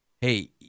hey